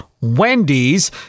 Wendy's